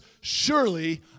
Surely